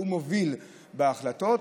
שהוא מוביל בהחלטות,